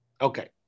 Okay